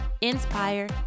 inspire